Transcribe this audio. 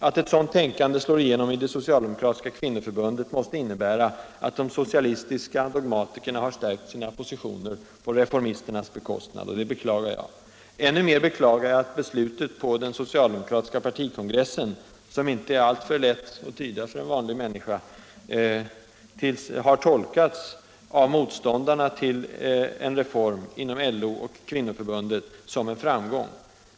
Att ett sådant tänkande slår igenom i det socialdemokratiska kvinnoförbundet måste innebära att de socialistiska dogmatikerna har stärkt sin ställning på reformisternas bekostnad. Det beklagar jag. Ännu mer beklagar jag att beslutet på den socialdemokratiska partikongressen — som inte är alltför lätt att tyda för en vanlig människa — av reformens motståndare inom LO och kvinnoförbundet har tolkats som en framgång.